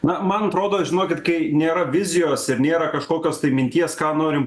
na man atrodo žinokit kai nėra vizijos ir nėra kažkokios tai minties ką norim